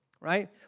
right